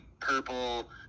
purple